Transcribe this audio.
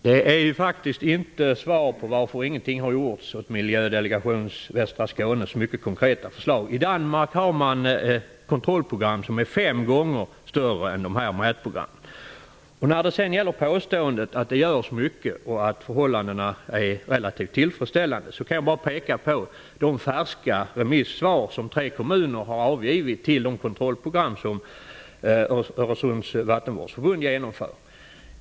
Fru talman! Det var inget svar på frågan varför ingenting har gjorts åt Miljödelegation Västra Skånes mycket konkreta förslag. I Danmark har man ett kontrollprogram som är fem gånger så omfattande som dessa nätprogram. Olof Johansson påstår att det görs mycket och att förhållandena är relativt tillfredsställande. Jag kan bara peka på de färska remissvar som tre kommuner har avgivit med anledning av de kontrollprogram som Öresunds vattenvårdsförbund genomför.